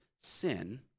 sin